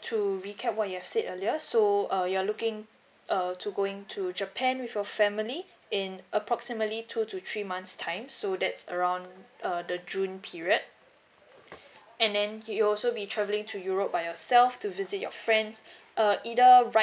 to recap what you have said earlier so uh you're looking err to going to japan with your family in approximately two to three months' time so that's around uh the june period and then you'll also be travelling to europe by yourself to visit your friends uh either right